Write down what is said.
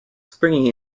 springy